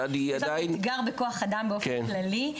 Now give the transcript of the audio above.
יש לנו אתגר בכוח-אדם באופן כללי,